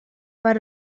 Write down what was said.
per